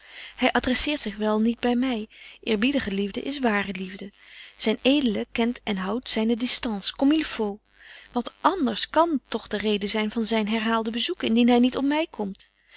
hy adresseert zich wel niet by my eerbiedige liefde is ware liefde zyn edele kent en houdt zyne distance comme il faut wat anders kan toch de reden zyn van zyn herhaalde bezoeken indien hy niet om my komt